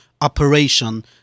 operation